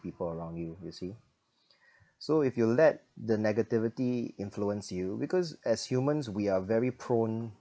people around you you see so if you let the negativity influence you because as humans we are very prone